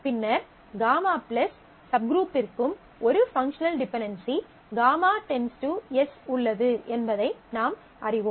பின்னர் ஒவ்வொரு γ சப்குரூப்பிற்கும் ஒரு பங்க்ஷனல் டிபென்டென்சி γ → S உள்ளது என்பதை நாம் அறிவோம்